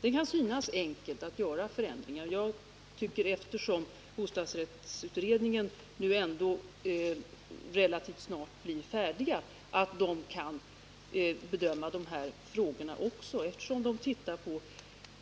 Det kan synas enkelt att göra förändringar, men eftersom bostadsrättsutredningen ändå relativt snart blir färdig bör den också kunna bedöma de här frågorna; den tittar ju på